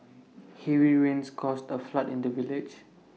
heavy rains caused A flood in the village